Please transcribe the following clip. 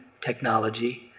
technology